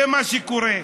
זה מה שקורה.